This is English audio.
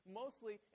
mostly